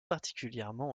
particulièrement